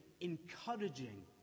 encouraging